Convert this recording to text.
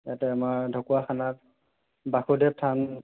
তাতে আমাৰ ঢকুৱাখানা বাসুদেৱ থান